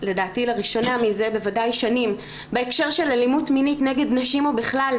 לדעתי לראשונה מזה שנים בהקשר של אלימות מינית נגד נשים ובכלל,